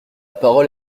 parole